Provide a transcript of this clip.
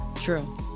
True